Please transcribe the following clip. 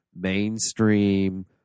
mainstream